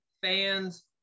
Fans